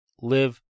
live